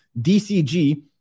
DCG